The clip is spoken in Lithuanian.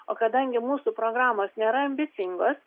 o kadangi mūsų programos nėra ambicingos